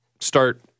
start